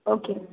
okay